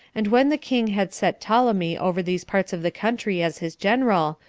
and when the king had set ptolemy over these parts of the country as his general,